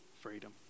freedom